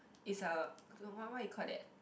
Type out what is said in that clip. is a what what you call that